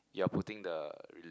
you're putting the